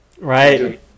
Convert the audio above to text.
Right